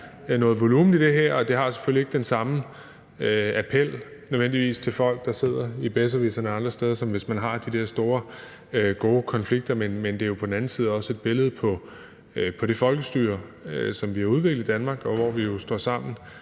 noget volumen i det her, og det har selvfølgelig ikke nødvendigvis den samme appel til folk, der sidder i »Besserwisserne« eller andre steder, som hvis man har de der store, gode konflikter, men det er jo på den anden side også et billede på det folkestyre, som vi har udviklet i Danmark, hvor vi står sammen